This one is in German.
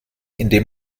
indem